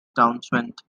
townsend